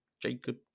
Jacob